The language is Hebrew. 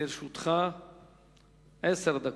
לרשותך עשר דקות,